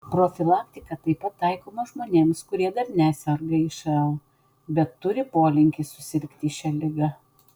profilaktika taip pat taikoma žmonėms kurie dar neserga išl bet turi polinkį susirgti šia liga